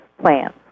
plans